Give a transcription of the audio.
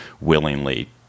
willingly